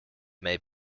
may